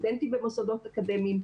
סטודנטים במוסדות אקדמיים.